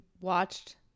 watched